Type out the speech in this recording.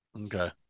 Okay